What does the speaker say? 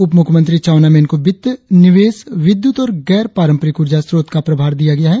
उपमुख्यमंत्री चाऊना मेन को वित्त निवेश विद्युत और गैर पारंपरिक ऊर्जा स्रोत का प्रभार दिया गया है